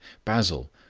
basil,